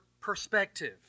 perspective